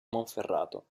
monferrato